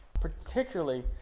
particularly